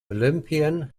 olympian